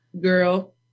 Girl